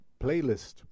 playlist